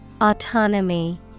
Autonomy